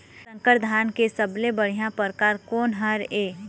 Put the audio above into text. संकर धान के सबले बढ़िया परकार कोन हर ये?